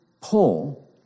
Paul